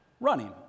running